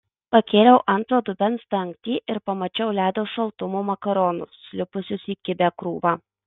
pakėliau antro dubens dangtį ir pamačiau ledo šaltumo makaronus sulipusius į kibią krūvą